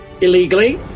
Illegally